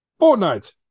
Fortnite